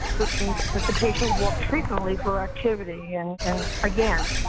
which means that the patient walks frequently for activity. and, and again,